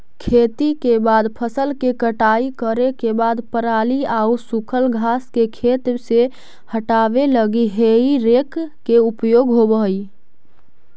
खेती के बाद फसल के कटाई करे के बाद पराली आउ सूखल घास के खेत से हटावे लगी हेइ रेक के उपयोग होवऽ हई